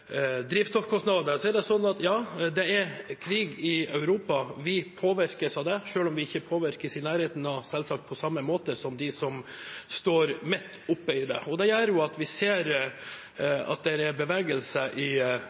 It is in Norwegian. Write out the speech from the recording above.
er det sånn at det er krig i Europa. Vi påvirkes av det, selv om vi selvsagt ikke påvirkes i nærheten av på samme måte som de som står midt oppe i det. Det gjør at vi ser at det er bevegelse